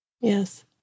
Yes